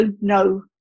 no